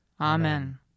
Amen